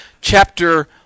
chapter